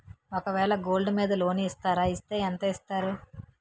ఒక వేల గోల్డ్ మీద లోన్ ఇస్తారా? ఇస్తే ఎంత ఇస్తారు?